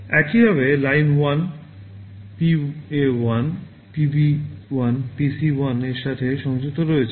একইভাবে line 1 PA 1 PB 1 PC 1 এর সাথে সংযুক্ত রয়েছে